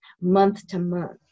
month-to-month